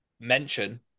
mention